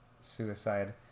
suicide